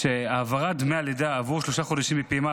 שהעברת דמי הלידה עבור שלושה חודשים בפעימה